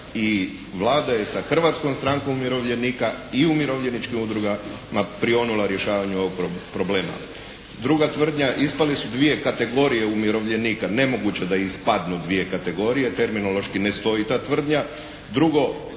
I Vlada je sa Hrvatskom strankom umirovljenika i umirovljeničkim udrugama prionula rješavanju ovog problema. Druga tvrdnja, ispale su dvije kategorije umirovljenika. Nemoguće da ispadnu dvije kategorije. Terminološki ne stoji ta tvrdnja.